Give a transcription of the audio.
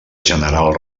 general